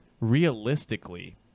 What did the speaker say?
realistically